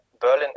Berlin